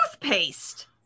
toothpaste